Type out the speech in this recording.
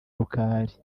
rukali